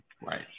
Right